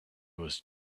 was